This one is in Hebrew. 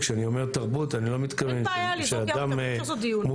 כשאני אומר תרבות אני לא מתכוון שאדם מוסלמי,